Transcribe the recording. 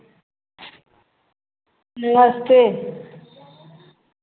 नमस्ते